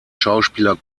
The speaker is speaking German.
schauspieler